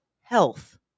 health